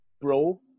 bro